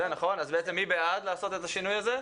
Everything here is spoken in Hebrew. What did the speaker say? מי בעד לעשות את השינוי הזה?